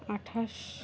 আঠাশ